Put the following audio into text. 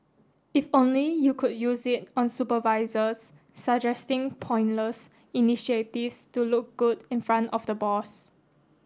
if only you could use it on supervisors suggesting pointless initiatives to look good in front of the boss